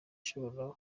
ishobora